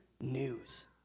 news